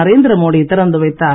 நரேந்திரமோடி திறந்து வைத்தார்